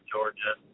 Georgia